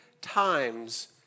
times